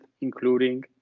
including